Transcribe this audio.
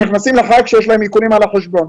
נכנסים לחג כשיש להם עיקולים על החשבון.